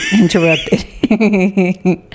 interrupted